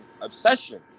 obsession